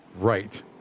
right